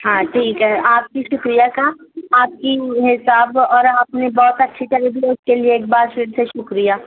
ہاں ٹھیک ہے آپ کی شکریہ کا آپ کی حساب اور آپ نے بہت اچھی طرح بیہیو کے لیے ایک باردل سے شکریہ